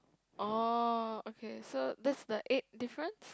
oh okay so that's the eighth difference